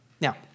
Now